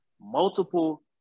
multiple